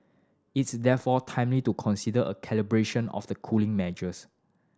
it's therefore timely to consider a calibration of the cooling measures